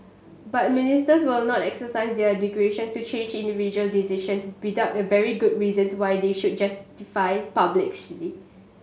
but Ministers will not exercise their discretion to change individual decisions without very good reasons why they should justify publicly